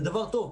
זה דבר טוב,